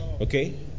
Okay